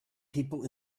people